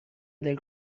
del